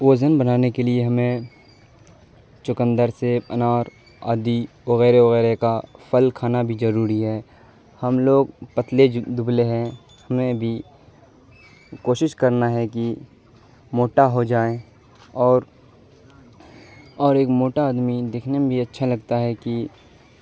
وزن بنانے کے لیے ہمیں چقندر سیب انار عادی وغیرہ وغیرہ کا پھل کھانا بھی ضروری ہے ہم لوگ پتلے دبلے ہیں ہمیں بھی کوشش کرنا ہے کہ موٹا ہو جائیں اور اور ایک موٹا آدمی دیکھنے میں بھی اچھا لگتا ہے کہ